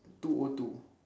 two O two